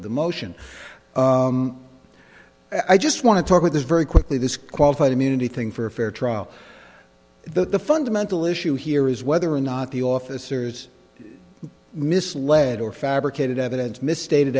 of the motion i just want to talk with this very quickly this qualified immunity thing for a fair trial the fundamental issue here is whether or not the officers misled or fabricated evidence misstated